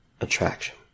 attraction